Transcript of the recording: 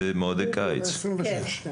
זה מועדי קיץ, ב-20.6.